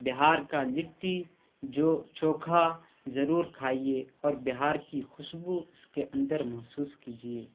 بہار کا لٹی جو چوکھا ضرور کھائیے اور بہار کی خوشبو اس کے اندر محسوس کیجیے